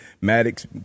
Maddox